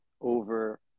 over